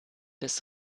des